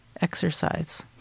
exercise